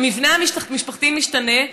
המבנה המשפחתי משתנה,